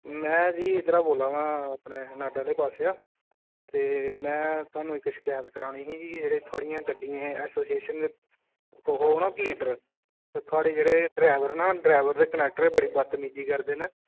में जी इद्धर दा बोल्ला ना स्टाकै चक्क दा ते ना एह् साढ़े जेह्ड़े डरैबर ते कंडक्टर न ओह् बदतमीजी करदे न